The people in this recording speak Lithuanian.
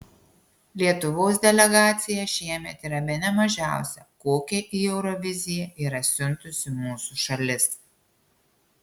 lietuvos delegacija šiemet yra bene mažiausia kokią į euroviziją yra siuntusi mūsų šalis